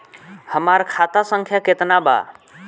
हमार खाता संख्या केतना बा?